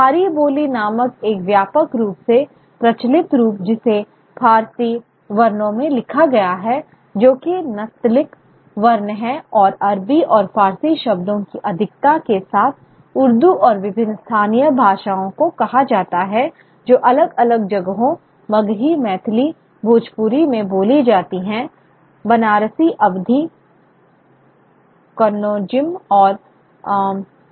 खारी बोल नामक एक व्यापक रूप से प्रचलित रूप जिसे फारसी वर्णों में लिखा गया है जो कि नस्तलीक वर्ण है और अरबी और फारसी शब्दों की अधिकता के साथ उर्दू और विभिन्न स्थानीय भाषाओं को कहा जाता है जो अलग अलग जगहों मगही मैथिली भोजपुरी में बोली जाती हैं बनारसी अवधी कन्नौजिम और ब्रह्मंडली वगैरह